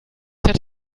hätte